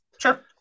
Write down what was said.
Sure